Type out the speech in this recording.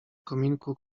kominku